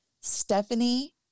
Stephanie